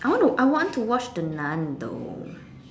I want to I want to watch The Nun though